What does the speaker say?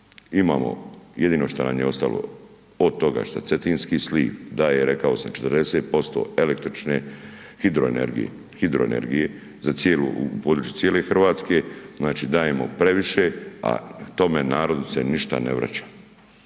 imamo, jedino šta nam je ostalo od toga što cetinski sliv daje, rekao sam, 40% električne hidroenergije, hidroenergije u području cijele RH, znači dajemo previše, a tome narodu se ništa ne vraća,